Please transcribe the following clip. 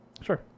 Sure